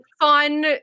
fun